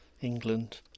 England